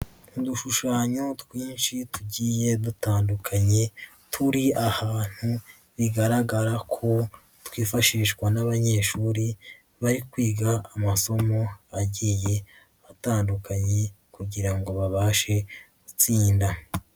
Udushushanyo twinshi tugiye dutandukanye, turi ahantu bigaragara ko twifashishwa n'abanyeshuri bari kwiga amasomo agiye atandukanye kugira ngo babashe gutsinda.